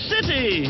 City